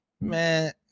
man